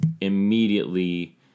immediately